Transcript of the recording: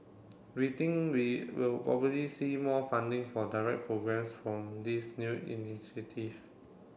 we think we will probably see more funding for direct programmes from this new initiative